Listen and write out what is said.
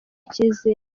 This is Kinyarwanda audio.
icyizere